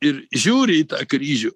ir žiūri į tą kryžių